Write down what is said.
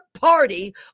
party